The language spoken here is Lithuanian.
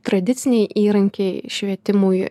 tradiciniai įrankiai švietimui